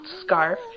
scarf